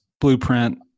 blueprint